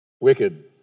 Wicked